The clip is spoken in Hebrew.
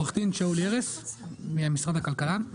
עו"ד שאול ירס ממשרד הכלכלה.